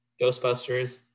Ghostbusters